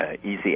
easy